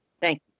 Thank